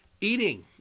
Eating